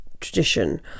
tradition